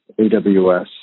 AWS